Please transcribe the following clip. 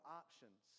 options